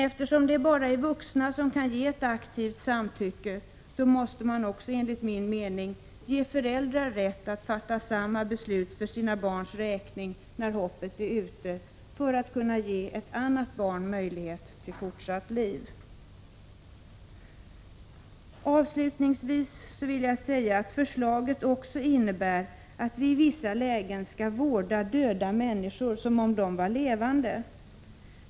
Eftersom det bara är vuxna som kan ge ett aktivt samtycke, måste man enligt min mening ge föräldrar rätt att fatta beslut för sina barns räkning när hoppet är ute, i syfte att kunna ge ett annat barn möjlighet till fortsatt liv. Avslutningsvis vill jag säga att förslaget också innebär att vi i vissa lägen skall vårda döda människor som om de vore levande.